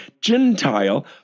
Gentile